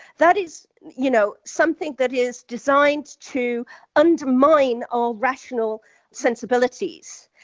that is you know something that is designed to undermine our rational sensibilities,